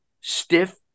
stiff